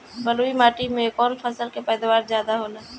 बालुई माटी में कौन फसल के पैदावार ज्यादा होला?